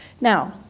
Now